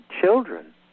children